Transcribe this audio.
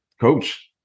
coach